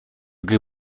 gry